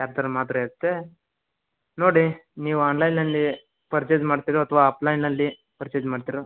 charger ಮಾತ್ರ ಇರುತ್ತೆ ನೋಡಿ ನೀವು ಆನ್ಲೈನ್ನಲ್ಲಿ ಪರ್ಚೆಸ್ ಮಾಡ್ತೀರೋ ಅಥ್ವಾ ಆಫ್ಲೈನ್ನಲ್ಲಿ ಪರ್ಚೆಸ್ ಮಾಡ್ತೀರೋ